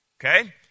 Okay